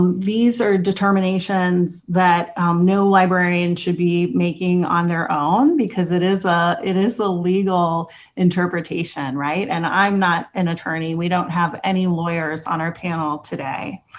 these are determinations that no librarian should be making on their own because it is ah it is a legal interpretation, right. and i'm not an attorney. we don't have any lawyers on our panel today.